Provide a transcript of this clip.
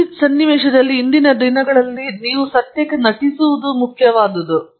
ಈ ಸನ್ನಿವೇಶದಲ್ಲಿ ಇಂದಿನ ದಿನಗಳಲ್ಲಿ ನೀವು ಸತ್ಯಕ್ಕೆ ನಟಿಸುವುದು ಮುಖ್ಯವಾದುದು